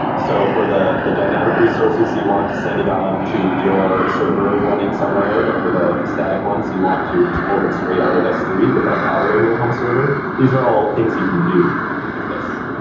so for the the dynamic resources, you want to send it on to your server running somewhere, but for the static ones, you want to just pull them straight out of s three without without bothering your home server. these are all things you can do with this.